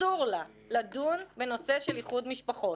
אסור לה לדון בנושא של איחוד משפחות,